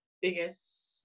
biggest